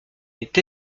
est